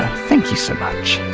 thank you so much.